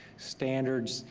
standards,